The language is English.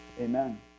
Amen